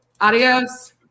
Adios